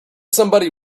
somebody